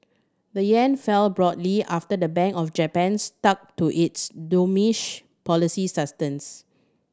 the yen fell broadly after the Bank of Japan stuck to its policy